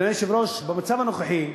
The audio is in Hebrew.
אדוני היושב-ראש, במצב הנוכחי,